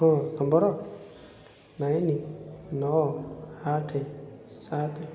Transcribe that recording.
ହଁ number nine ନଅ ଆଠ ସାତ